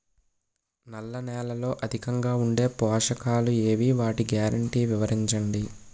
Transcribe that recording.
నల్ల నేలలో అధికంగా ఉండే పోషకాలు ఏవి? వాటి గ్యారంటీ వివరించండి?